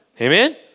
Amen